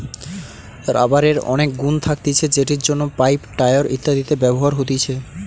রাবারের অনেক গুন্ থাকতিছে যেটির জন্য পাইপ, টায়র ইত্যাদিতে ব্যবহার হতিছে